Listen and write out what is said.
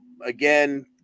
again